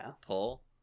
pull